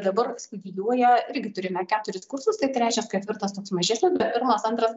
dabar studijuoja irgi turime keturis kursus tai trečias ketvirtas toks mažesnis bet pirmas antras